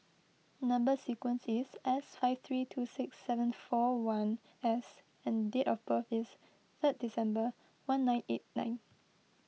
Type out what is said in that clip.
Number Sequence is S five three two six seven four one S and date of birth is three December one nine eight nine